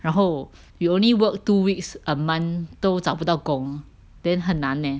然后 you only work two weeks a month 都找不到工 then 很难 lor